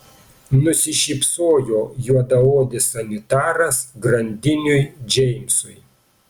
nusišypsojo juodaodis sanitaras grandiniui džeimsui